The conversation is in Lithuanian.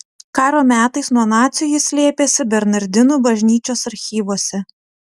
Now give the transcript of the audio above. karo metais nuo nacių jis slėpėsi bernardinų bažnyčios archyvuose